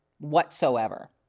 whatsoever